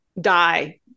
die